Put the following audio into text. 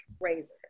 razor